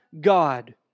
God